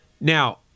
now